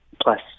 plus